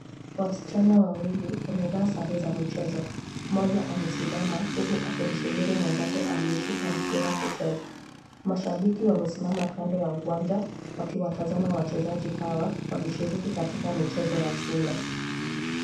Wasichana wawili wamevaa sare za michezo. Mmoja amesimama huku akimsubiri mwenzake aliyeshika mpira kucheza. Mashabiki wamesimama kando ya uwanja wakiwatazama wachezaji hawa wakishiriki katika michezo ya shule.